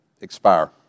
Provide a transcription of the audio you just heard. expire